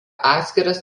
atskiras